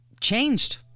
changed